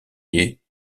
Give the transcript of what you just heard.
ier